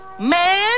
man